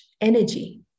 energy